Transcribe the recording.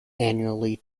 annually